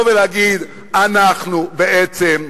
אנחנו בעצם,